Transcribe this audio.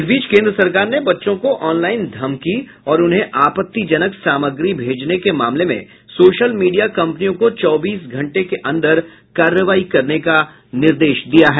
इस बीच केंद्र सरकार ने बच्चों को ऑनलाइन धमकी और उन्हें आपत्तिजनक सामग्री भेजने के मामले में सोशल मीडिया कंपनियों को चौबीस घंटे के अंदर कार्रवाई करने का निर्देश दिया है